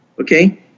okay